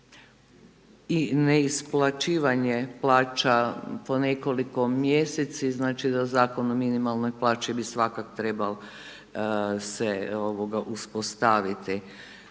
i neisplaćivanje plaća po nekoliko mjeseci, znači da Zakon o minimalnoj plaći bi svakako trebal se uspostaviti.